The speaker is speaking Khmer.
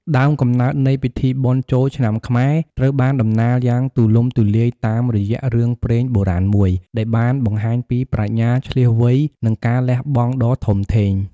ដើមកំណើតនៃពិធីបុណ្យចូលឆ្នាំខ្មែរ ត្រូវបានតំណាលយ៉ាងទូលំទូលាយតាមរយៈរឿងព្រេងបុរាណមួយ ដែលបានបង្ហាញពីប្រាជ្ញាឈ្លាសវៃ និងការលះបង់ដ៏ធំធេង។